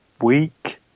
week